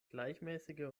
gleichmäßige